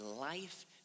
life